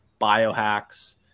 biohacks